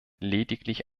lediglich